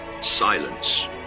silence